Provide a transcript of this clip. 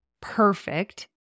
perfect